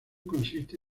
consiste